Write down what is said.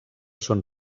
són